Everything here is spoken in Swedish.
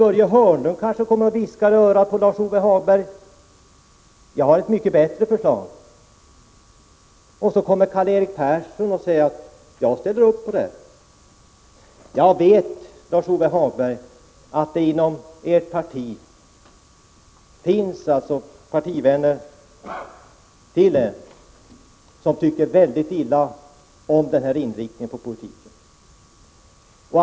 Börje Hörnlund kanske kommer och viskar i örat på Lars-Ove Hagberg att han har ett mycket bättre förslag, och så kommer Karl-Erik Persson och säger att han för sin del ställer upp på det. Jag vet, Lars-Ove Hagberg, att det finns partivänner till er som tycker mycket illa om den här inriktningen av politiken.